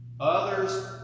Others